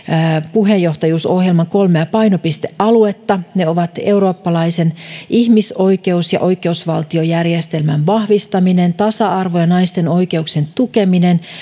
puheenjohtajuusohjelman kolmea painopistealuetta ne ovat eurooppalaisen ihmisoikeus ja oikeusvaltiojärjestelmän vahvistaminen tasa arvo ja naisten oikeuksien tukeminen